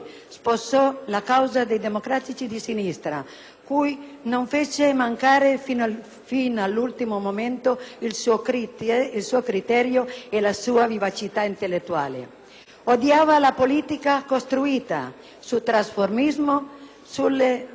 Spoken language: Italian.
sposò la causa dei Democratici di Sinistra, cui non fece mancare fino all'ultimo momento il suo contributo critico e la sua vivacità intellettuale. Odiava la politica costruita sul trasformismo, sulle